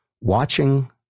watching